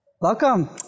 Welcome